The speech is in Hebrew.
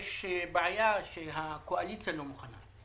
יש בעיה שהקואליציה לא מוכנה.